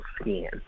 skin